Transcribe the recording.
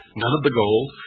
none of the gold,